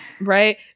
right